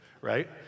Right